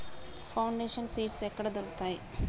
Foundation seeds ఎక్కడ దొరుకుతాయి?